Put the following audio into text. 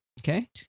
Okay